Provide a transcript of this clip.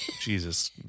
jesus